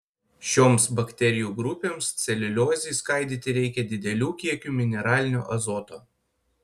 šioms bakterijų grupėms celiuliozei skaidyti reikia didelių kiekių mineralinio azoto